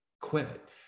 quit